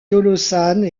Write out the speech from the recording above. tolosane